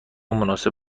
مناسب